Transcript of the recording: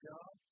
God